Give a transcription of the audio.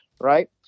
right